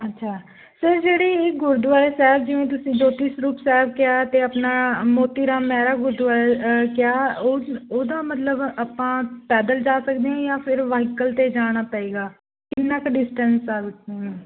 ਅੱਛਾ ਸਰ ਜਿਹੜੇ ਇਹ ਗੁਰਦੁਆਰੇ ਸਾਹਿਬ ਜਿਵੇਂ ਤੁਸੀਂ ਜੋਤੀ ਸਰੂਪ ਸਾਹਿਬ ਕਿਹਾ ਅਤੇ ਆਪਣਾ ਮੋਤੀਰਾਮ ਮਹਿਰਾ ਗੁਰਦੁਆਰਾ ਕਿਹਾ ਉਸ ਉਹਦਾ ਮਤਲਬ ਆਪਾਂ ਪੈਦਲ ਜਾ ਸਕਦੇ ਹਾਂ ਜਾਂ ਫਿਰ ਵਹੀਕਲ 'ਤੇ ਜਾਣਾ ਪਵੇਗਾ ਕਿੰਨਾ ਕੁ ਡਿਸਟੈਂਸ ਆ